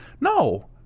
No